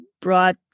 brought